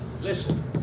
Listen